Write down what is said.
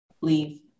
Leave